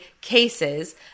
cases